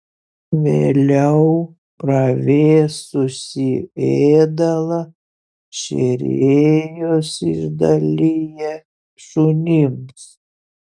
vėliau pravėsusį ėdalą šėrėjos išdalija šunims